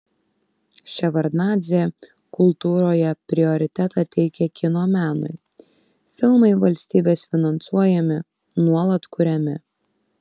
ševardnadzė kultūroje prioritetą teikia kino menui filmai valstybės finansuojami nuolat kuriami